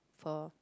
for